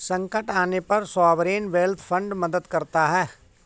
संकट आने पर सॉवरेन वेल्थ फंड मदद करता है